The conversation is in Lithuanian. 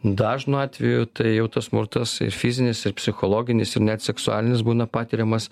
dažnu atveju tai jau tas smurtas ir fizinis ir psichologinis ir net seksualinis būna patiriamas